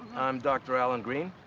i'm dr. allan green.